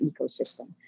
ecosystem